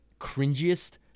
cringiest